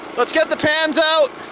let's get the pans out!